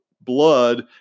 blood